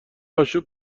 آشوب